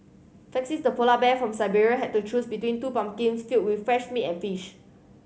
felix the polar bear from Siberia had to choose between two pumpkins filled with fresh meat and fish